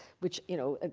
which, you know,